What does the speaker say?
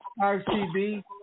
RCB